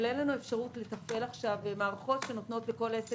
אבל אין לנו אפשרות לתפעל עכשיו מערכות שנותנות לכל עסק